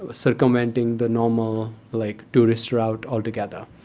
ah circumventing the normal like tourist route altogether.